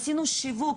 עשינו שיווק,